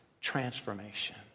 transformation